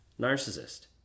narcissist